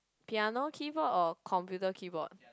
piano keyboard or computer keyboard